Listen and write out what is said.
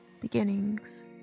beginnings